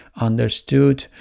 understood